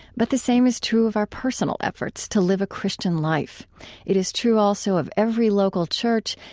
but the same is true of our personal efforts to live a christian life it is true also of every local church,